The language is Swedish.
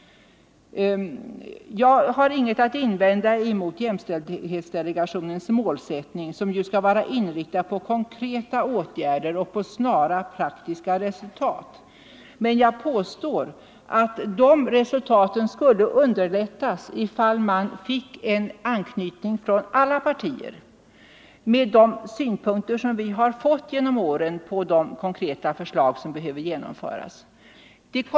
Jag har ingenting att invända mot jämställdhetsdelegationens målsättning, eftersom delegationen ju skall vara inriktad på konkreta åtgärder och snabba, praktiska resultat. Men jag påstår att de resultaten skulle vinnas lättare genom en anknytning till alla partier, med de synpunkter Nr 130 som vi genom åren har fått på de konkreta förslag som behövde genom Torsdagen den föras.